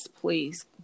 please